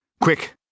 Quick